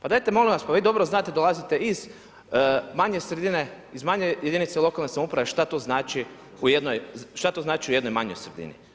Pa dajte, molim vas, pa vi dobro znate, dolazite iz manje sredine, iz manje jedinice lokalne samouprave, šta to znači u jednoj manjoj sredini?